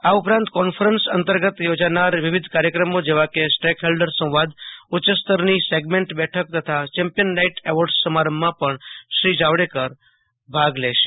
આ ઉપરાંત કોન્ફરન્સ અંતર્ગત યોજાનાર વિવિધ કાર્યક્રમો જેવા કે સ્ટોક હોલ્ડર સંવાદ ઉચ્ય સ્તરની સેગમેન્ટ બેઠક તથા ચેમ્પિયન નાઈટ એવોર્ડ સમારંભમાં પણ શ્રી જાવડેકર ભાગ લેશે